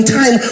time